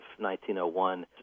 1901